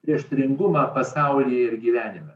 prieštaringumą pasaulyje ir gyvenime